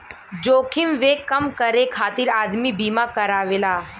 जोखिमवे कम करे खातिर आदमी बीमा करावेला